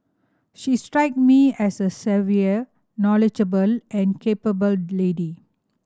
she struck me as a savvy knowledgeable and capable lady